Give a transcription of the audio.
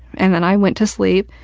and then i went to sleep,